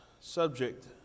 subject